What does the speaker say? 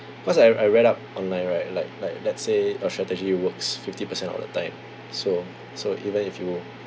cause I I read up online right like like let's say a strategy works fifty percent of the time so so even if you